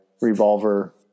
revolver